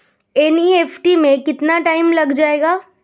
NEFT में कितना time लग जाएगा?